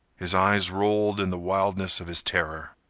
his eyes rolled in the wildness of his terror.